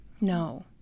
No